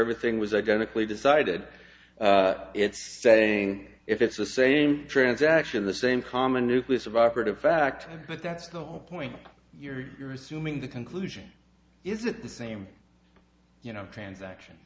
everything was identical a decided it's saying if it's the same transaction the same common nucleus of operative fact but that's the whole point you're assuming the conclusion isn't the same you know transaction